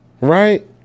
Right